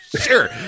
sure